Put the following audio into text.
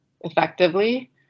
effectively